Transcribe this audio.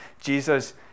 Jesus